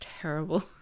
terrible